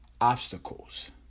obstacles